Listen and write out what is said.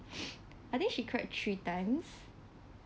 I think she cried three times